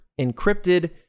encrypted